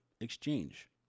exchange